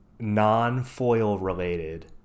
non-foil-related